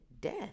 death